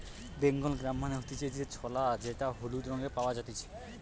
Bengal gram মানে হতিছে যে ছোলা যেটা হলুদ রঙে পাওয়া জাতিছে